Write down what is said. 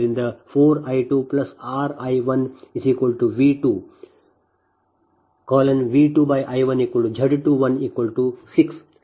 ಆದ್ದರಿಂದ 4×I26×I1V2 V2I1Z216 ಆದ್ದರಿಂದ ಇದನ್ನು ನಾನು ನಿಮ್ಮ ಮುಂದಿನ ಪುಟದಲ್ಲಿ ಬರೆದಿದ್ದೇನೆ ಅಂದರೆ Z 11 V 1 11